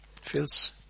feels